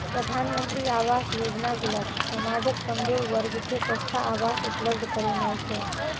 प्रधानमंत्री आवास योजनाक लक्ष्य समाजक कमजोर वर्ग कें सस्ता आवास उपलब्ध करेनाय छै